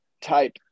type